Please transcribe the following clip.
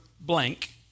blank